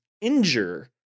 injure